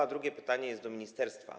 A drugie pytanie jest do ministerstwa.